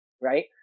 right